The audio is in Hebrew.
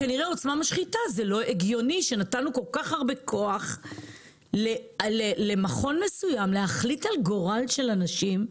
לא הגיוני שנתנו כל כך הרבה כוח למכון מסוים להחליט על גורל של אנשים,